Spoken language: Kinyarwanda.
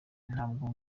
ntabwo